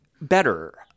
better